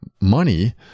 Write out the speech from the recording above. money